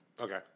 Okay